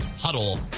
huddle